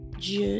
June